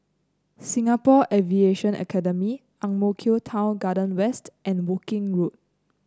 Singapore Aviation Academy Ang Mo Kio Town Garden West and Woking Road